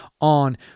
on